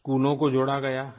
स्कूलों को जोड़ा गया है